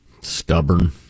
Stubborn